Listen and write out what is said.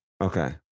Okay